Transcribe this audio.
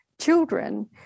children